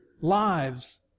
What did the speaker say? lives